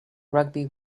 rugby